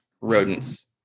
rodents